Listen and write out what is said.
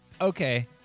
Okay